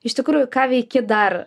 iš tikrųjų ką veiki dar